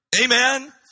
Amen